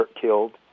killed